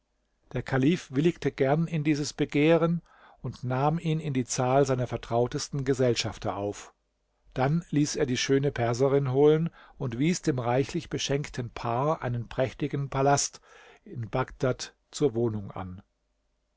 der kalif willigte gern in dieses begehren und nahm ihn in die zahl seiner vertrautesten gesellschafter auf dann ließ er die schöne perserin holen und wies dem reichlich beschenkten paar einen prächtigen palast in bagdad zur wohnung an